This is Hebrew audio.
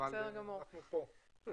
אבל אנחנו כאן.